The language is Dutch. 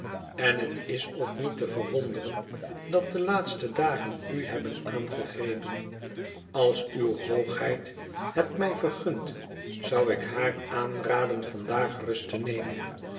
en het is ook niet te verwonderen dat de laatste dagen u hebben aangegrepen als uw hoogheid het mij vergunt zoû ik haar aanraden vandaag rust te nemen